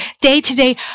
day-to-day